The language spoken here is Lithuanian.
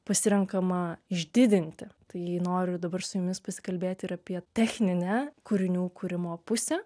pasirenkama išdidinti tai noriu dabar su jumis pasikalbėti ir apie techninę kūrinių kūrimo pusę